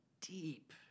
deep